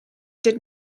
did